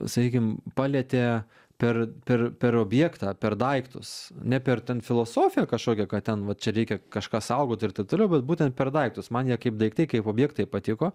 sakykim palietė per per per objektą per daiktus ne per ten filosofiją kažkokią ką ten va čia reikia kažką saugot ir taip toliau bet būtent per daiktus man jie kaip daiktai kaip objektai patiko